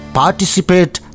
participate